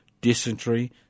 dysentery